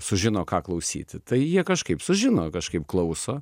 sužino ką klausyti tai jie kažkaip sužino kažkaip klauso